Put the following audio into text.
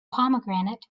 pomegranate